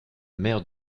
mère